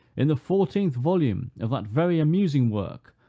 in the fourteenth volume of that very amusing work,